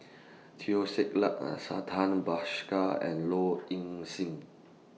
Teo Ser Luck An Santha Bhaskar and Low Ing Sing